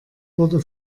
wurde